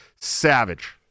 Savage